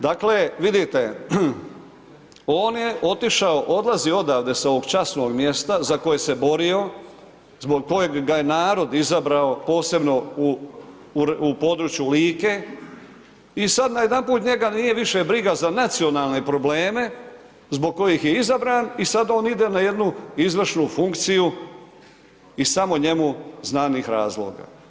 Dakle, vidite on je otišao, odlazi odavde sa ovog časnog mjesta za koje se borio, zbog kojeg ga je narod izabrao posebno u području Like i sad najedanput njega nije više briga za nacionalne probleme zbog kojih je izabran i sad on ide na jednu izvršnu funkciju iz samo njemu znanih razloga.